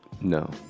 No